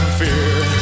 fear